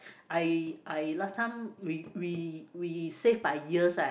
I I last time we we we save by years right